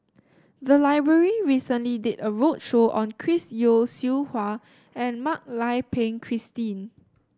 the library recently did a roadshow on Chris Yeo Siew Hua and Mak Lai Peng Christine